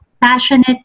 passionate